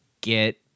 get